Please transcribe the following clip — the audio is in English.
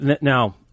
now